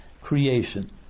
creation